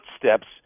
footsteps